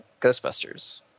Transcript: Ghostbusters